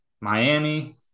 Miami